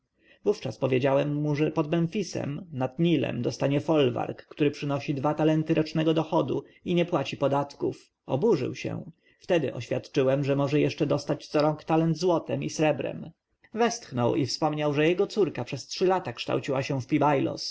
wówczas powiedziałem że pod memfisem nad nilem dostanie folwark który przynosi dwa talenty rocznego dochodu i nie płaci podatków oburzył się wtedy oświadczyłem że może jeszcze dostać co rok talent złotem i srebrem westchnął i wspomniał że jego córka przez trzy lata kształciła się w pi-bailos